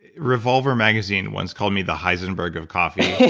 revolver magazine once called me the heizenburg of coffee,